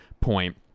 point